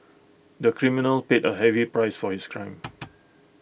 the criminal paid A heavy price for his crime